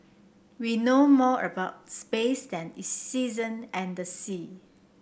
we know more about space than the season and the sea